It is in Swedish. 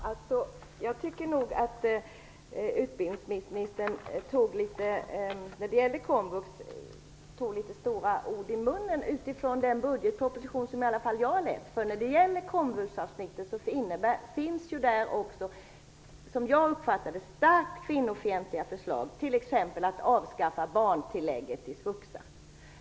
Herr talman! Jag tycker nog att utbildningsministern tog litet stora ord i munnen rörande komvux, i alla fall utifrån den budgetproposition som jag har läst. I komvuxavsnittet finns, som jag uppfattar det, starkt kvinnofientliga förslag, t.ex. att avskaffa barntillägget i SVUXA.